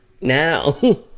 Now